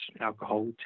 alcohol